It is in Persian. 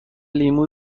لیمو